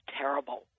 terrible